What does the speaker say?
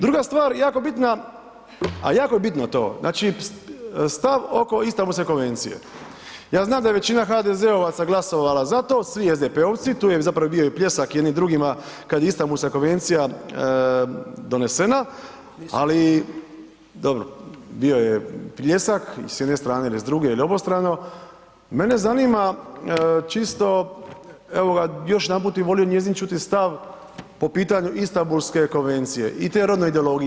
Druga stvar jako bitna, a jako bitno je to, znači stav oko Istambulske konvencije, ja znam da je većina HDZ-ovaca glasovala za to, svi SDP-ovci, tu je zapravo bio i pljesak jedni drugima kad je Istambulska konvencija donesena, ali … [[Upadica iz klupe se ne razumije]] dobro bio je pljesak i s jedne strane il s druge strane ili obostrano, mene zanima čisto evo ga još jedanput bi volio njezin čuti stav po pitanju Istambulske konvencije i te rodne ideologije.